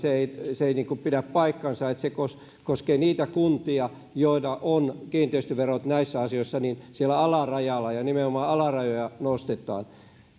ei pidä paikkaansa se koskee niitä kuntia joilla on kiinteistöverot näissä asioissa siellä alarajalla ja nimenomaan alarajoja nostetaan